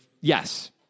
yes